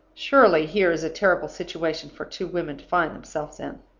surely, here is a terrible situation for two women to find themselves in?